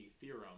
theorem